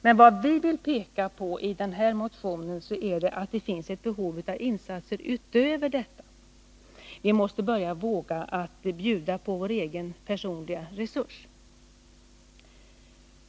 Men vad vi vill peka på i den här motionen är att det finns behov av insatser utöver detta. Vi måste börja våga att bjuda på vår egen personliga resurs.